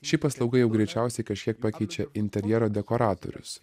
ši paslauga jau greičiausiai kažkiek pakeičia interjero dekoratorius